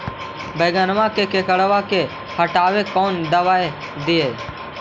बैगनमा के किड़बा के हटाबे कौन दवाई दीए?